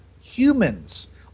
humans